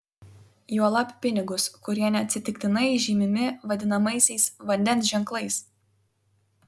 juolab pinigus kurie neatsitiktinai žymimi vadinamaisiais vandens ženklais